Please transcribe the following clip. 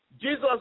Jesus